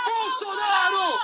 Bolsonaro